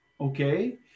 Okay